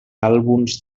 àlbums